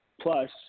Plus